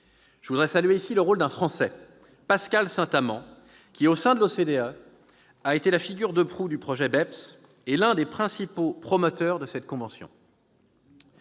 Je voudrais saluer ici le rôle d'un Français, Pascal Saint-Amans, qui au sein de l'OCDE a été la figure de proue du projet BEPS et l'un des principaux promoteurs de ce texte.